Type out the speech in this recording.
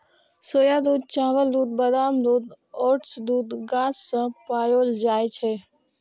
सोया दूध, चावल दूध, बादाम दूध, ओट्स दूध गाछ सं पाओल जाए छै